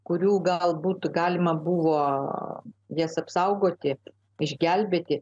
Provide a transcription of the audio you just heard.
kurių galbūt galima buvo jas apsaugoti išgelbėti